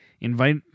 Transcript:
Invite